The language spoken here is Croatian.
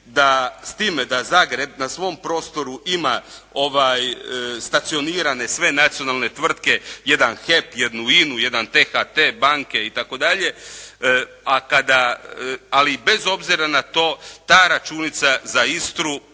da Zagreb na svom prostoru ima stacionirane sve nacionalne tvrtke. Jedan HEP, jednu INA-u, jedan THT, banke i tako dalje. A kada, ali i bez obzira na to ta računica za Istru